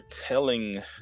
telling